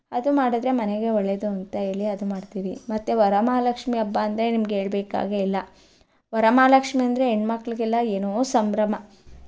ಅದು ಮಾಡಿದ್ರೆ ಮನೆಗೆ ಒಳ್ಳೆಯದು ಅಂತ ಹೇಳಿ ಅದು ಮಾಡ್ತೀವಿ ಮತ್ತು ವರಮಹಾಲಕ್ಷ್ಮಿ ಹಬ್ಬ ಅಂದರೆ ನಿಮಗೆ ಹೇಳ್ಬೇಕಾಗೆ ಇಲ್ಲ ವರಮಹಾಲಕ್ಷ್ಮಿ ಅಂದರೆ ಹೆಣ್ಮಕ್ಕಳಿಗೆಲ್ಲ ಏನೋ ಸಂಭ್ರಮ